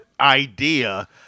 idea –